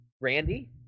randy